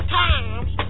times